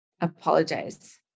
apologize